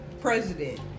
president